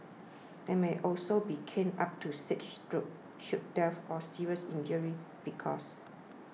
they may also be caned up to six strokes should death or serious injury be caused